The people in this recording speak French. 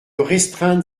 restreindre